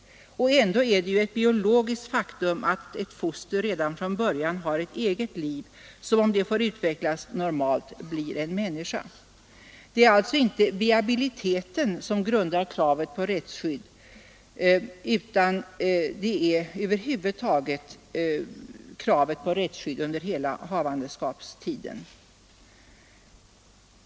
Ändå är det ett biologiskt faktum att ett foster redan från början har ett eget liv. Om det får utvecklas normalt blir det en människa. Det är alltså inte viabiliteten som grundar kravet på rättsskydd, utan rättsskydd krävs över huvud taget under hela havandeskapstiden.